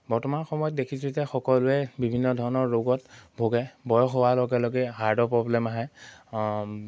বৰ্তমান সময়ত দেখিছোঁ যে সকলোৱে বিভিন্ন ধৰণৰ ৰোগত ভোগে বয়স হোৱাৰ লগে লগে হাৰ্টৰ প্ৰব্লেম আহে